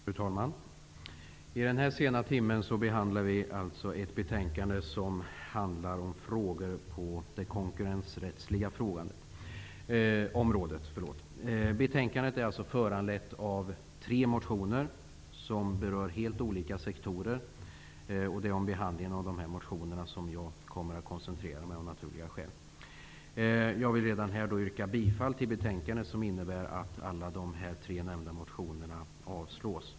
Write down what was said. Fru talman! I den här sena timmen behandlar vi alltså ett betänkande som handlar om frågor på det konkurrensrättsliga området. Betänkandet är föranlett av tre motioner, som berör helt olika sektorer, och jag kommer av naturliga skäl i mitt anförande att koncentrera mig på utskottets behandling av de motionerna. Jag vill redan nu yrka bifall till utskottets hemställan och därmed avslag på alla tre nu nämnda motioner.